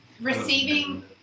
receiving